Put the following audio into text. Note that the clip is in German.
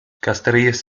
castries